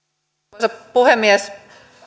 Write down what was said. arvoisa puhemies